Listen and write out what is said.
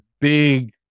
big